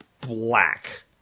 black